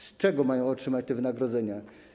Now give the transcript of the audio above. Z czego mają otrzymać wynagrodzenia?